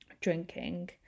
drinking